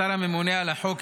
השר הממונה על החוק,